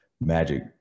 magic